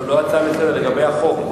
לא הצעה לסדר-היום, לגבי החוק.